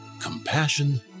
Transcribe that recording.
compassion